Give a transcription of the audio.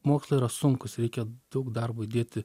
mokslai yra sunkūs reikia daug darbo įdėti